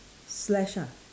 slash ha